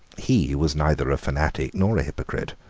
he was neither a fanatic nor a hypocrite.